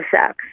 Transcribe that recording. sex